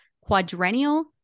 Quadrennial